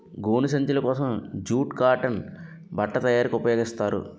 గోను సంచులు కోసం జూటు కాటన్ బట్ట తయారీకి ఉపయోగిస్తారు